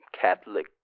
Catholic